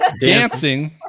dancing